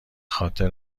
خاطر